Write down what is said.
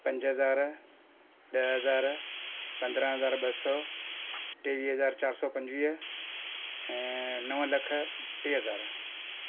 पंज हज़ार ॾह हज़ार पंद्रहां हज़ार ॿ सौ टेवीह हज़ार चारि सौ पंजवीह ऐं नव लख टे हज़ार